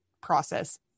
process